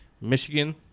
Michigan